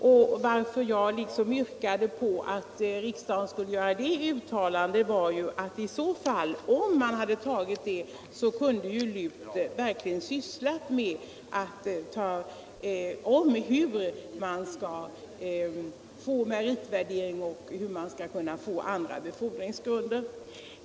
Anledningen till att jag yrkade på att riksdagen skulle göra det uttalandet var att LUT, om man hade bifallit detta krav, verkligen kunde ha sysslat med frågor om meritvärdering och andra befordringsgrunder.